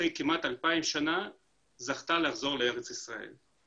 אחרי כמעט 2000 שנים זכתה לחזור לארץ ישראל.